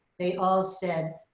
they all said